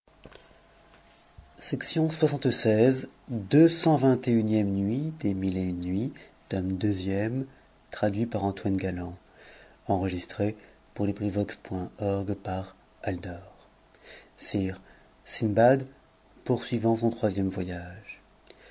sire sindbad poursuivant son troisième voyage